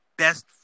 Best